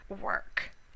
work